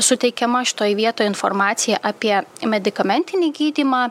suteikiama šitoj vietoj informacija apie medikamentinį gydymą